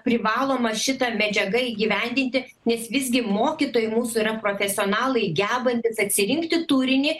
privaloma šita medžiaga įgyvendinti nes visgi mokytojai mūsų yra profesionalai gebantys atsirinkti turinį